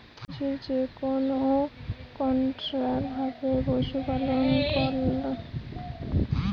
মানাসি যেকোন কন্ট্রোল্ড ভাবে পশুর লালন পালন করং তাকে এনিম্যাল ব্রিডিং বলে